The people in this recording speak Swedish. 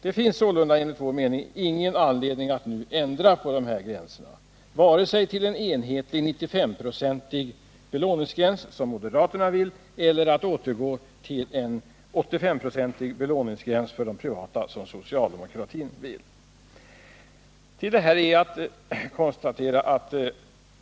Det finns sålunda enligt vår mening ingen anledning att nu ändra gränserna vare sig till en enhetlig 95-procentig lånegräns, som moderaterna vill, eller till den gamla 85-procentiga lånegränsen för de privata byggarna, som socialdemokraterna vill.